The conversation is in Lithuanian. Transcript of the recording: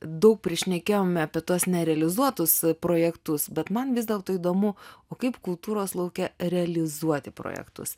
daug prišnekėjome apie tuos nerealizuotus projektus bet man vis dėlto įdomu o kaip kultūros lauke realizuoti projektus